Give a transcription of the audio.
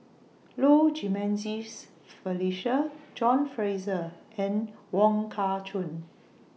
Low Jimenez Felicia John Fraser and Wong Kah Chun